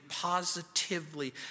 positively